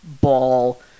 ball